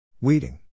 Weeding